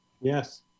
Yes